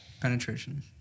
Penetration